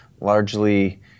largely